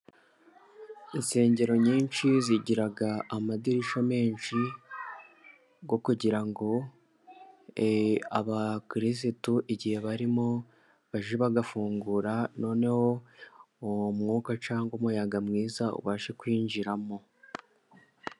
Insengero nyinshi zigira amadirisha menshi kugira ngo abakirisitu igihe barimo baje bagafungura noneho uwo mwuka cyangwa umuyaga mwiza ubashe kwinjiramo.